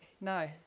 No